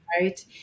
Right